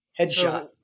Headshot